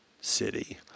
city